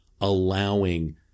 allowing